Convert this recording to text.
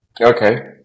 Okay